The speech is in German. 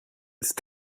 ist